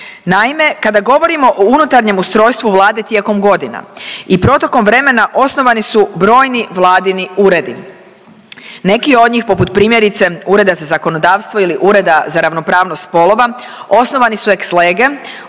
Naime, kada govorimo o unutarnjem ustrojstvu Vlade tijekom godina i protekom vremena osnovani su brojni Vladini uredi. Neki od njih poput primjerice Ureda za zakonodavstvo ili Ureda za ravnopravnost spolova osnovani su ex lege,